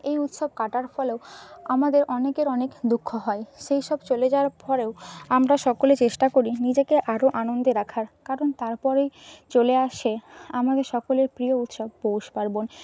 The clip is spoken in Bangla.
এই উৎসব কাটার ফলেও আমাদের অনেকের অনেক দুঃখ হয় সেইসব চলে যাওয়ার পরেও আমরা সকলে চেষ্টা করি নিজেকে আরও আনন্দে রাখার কারণ তারপরেই চলে আসে আমাদের সকলের প্রিয় উৎসব পৌষপার্বণ